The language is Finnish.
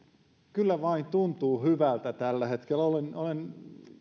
kyllä vain tuntuu hyvältä tällä hetkellä olen